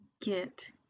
get